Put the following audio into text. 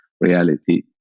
reality